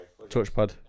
Touchpad